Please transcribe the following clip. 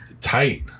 tight